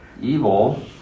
evil